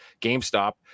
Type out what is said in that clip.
GameStop